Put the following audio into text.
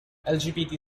lgbt